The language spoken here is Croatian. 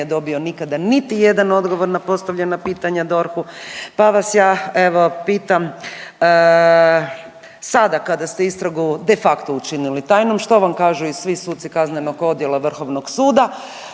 dobio nikada niti jedan odgovor na postavljena pitanja DORH-u, pa vas ja evo pitam sada kada ste istragu de facto učinili tajnom što vam kažu i svi suci kaznenog odjela Vrhovnog suda,